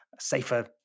safer